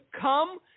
come